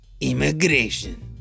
Immigration